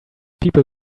people